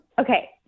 Okay